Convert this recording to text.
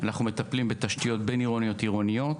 אנחנו מטפלים בתשתיות בין-עירוניות ועירוניות,